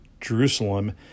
Jerusalem